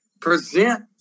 present